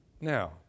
Now